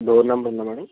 door number madam